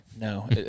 No